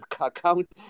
account